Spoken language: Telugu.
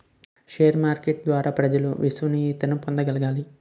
షేర్ మార్కెటింగ్ ద్వారా ప్రజలు విశ్వసనీయతను పొందగలగాలి